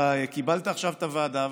אתה קיבלת עכשיו את הוועדה,